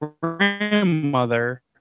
grandmother